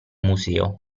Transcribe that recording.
museo